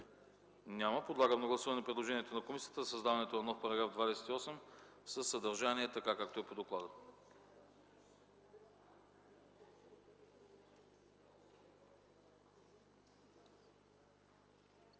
Няма. Подлагам на гласуване предложението на комисията за създаване на нови параграфи 5 и 6 със съдържание така, както е по доклада.